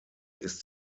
ist